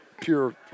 pure